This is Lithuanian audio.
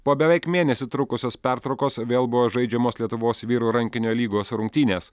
po beveik mėnesį trukusios pertraukos vėl buvo žaidžiamos lietuvos vyrų rankinio lygos rungtynės